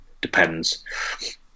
depends